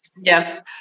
Yes